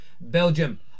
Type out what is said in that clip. Belgium